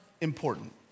important